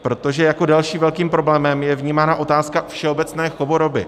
Protože jako dalším velkým problémem je vnímána otázka všeobecné choroby.